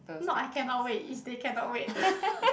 not I cannot wait is they cannot wait